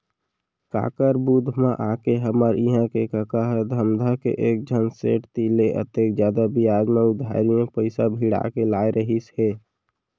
काकर बुध म आके हमर इहां के कका ह धमधा के एकझन सेठ तीर ले अतेक जादा बियाज म उधारी म पइसा भिड़ा के लाय रहिस हे